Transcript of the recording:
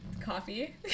Coffee